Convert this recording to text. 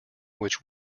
which